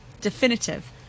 definitive